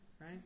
right